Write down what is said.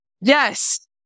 Yes